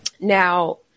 Now